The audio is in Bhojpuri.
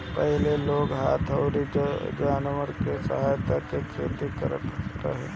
पहिले लोग हाथ अउरी जानवर के सहायता से खेती करत रहे